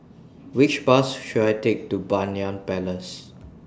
Which Bus should I Take to Banyan Place